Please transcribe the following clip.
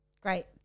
Great